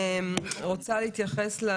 רוצה להתייחס.